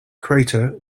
crater